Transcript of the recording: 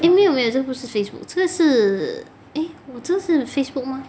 eh 没有没有这不是 Facebook eh 我这是 Facebook 吗